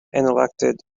elected